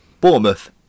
Bournemouth